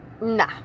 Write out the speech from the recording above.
Nah